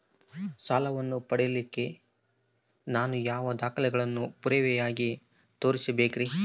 ಸಾಲವನ್ನು ಪಡಿಲಿಕ್ಕೆ ನಾನು ಯಾವ ದಾಖಲೆಗಳನ್ನು ಪುರಾವೆಯಾಗಿ ತೋರಿಸಬೇಕ್ರಿ?